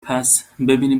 پسببینیم